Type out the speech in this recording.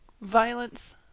violence